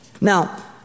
Now